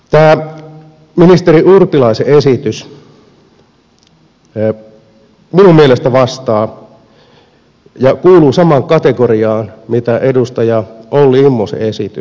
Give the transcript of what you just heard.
tämä ministeri urpilaisen esitys minun mielestäni vastaa ja kuuluu samaan kategoriaan kuin edustaja olli immosen esitys